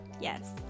yes